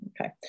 okay